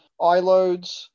Iloads